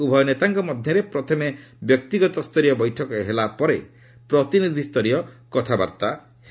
ଉଭୟ ନେତାଙ୍କ ମଧ୍ୟରେ ପ୍ରଥମେ ବ୍ୟକ୍ତିଗତ ସ୍ତରୀୟ ବୈଠକ ହେଲାପରେ ପ୍ରତିନିଧ୍ୟସରୀୟ କଥାବାର୍ତ୍ତା ହେବ